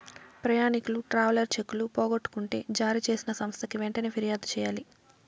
ప్రయాణికులు ట్రావెలర్ చెక్కులు పోగొట్టుకుంటే జారీ చేసిన సంస్థకి వెంటనే ఫిర్యాదు చెయ్యాలి